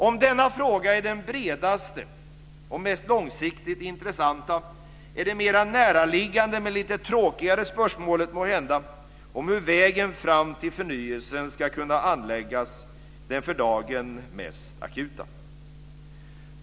Om denna fråga är den bredaste och långsiktigt mest intressanta, så är det mer närliggande, men måhända lite tråkigare, spörsmålet om hur vägen fram till förnyelsen ska kunna anläggas det för dagen mest akuta.